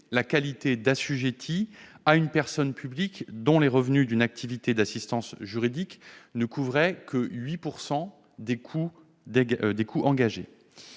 la qualité d'assujetti à une personne publique dont les revenus tirés d'une activité d'assistance juridique ne couvraient que 8 % des coûts engagés.